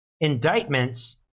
indictments